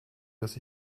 dass